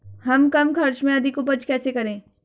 हम कम खर्च में अधिक उपज कैसे करें?